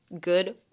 good